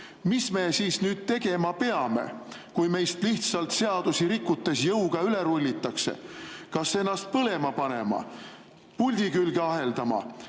Mis me siis nüüd tegema peame, kui meist seadusi rikkudes jõuga lihtsalt üle rullitakse? Kas ennast põlema panema, puldi külge aheldama,